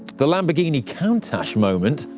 the lamborghini countach moment,